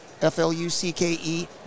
F-L-U-C-K-E